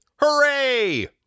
hooray